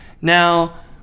Now